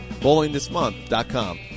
bowlingthismonth.com